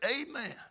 Amen